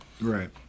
Right